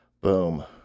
Boom